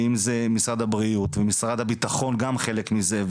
ומשרד הבריאות ומשרד הבטחון גם חלק מזה,